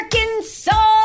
Arkansas